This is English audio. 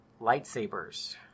lightsabers